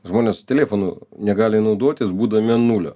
žmonės telefonu negali naudotis būdami ant nulio